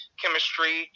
chemistry